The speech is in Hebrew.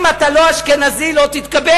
אם אתה לא אשכנזי לא תתקבל,